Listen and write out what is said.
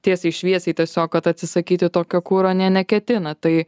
tiesiai šviesiai tiesiog kad atsisakyti tokio kuro nė neketina tai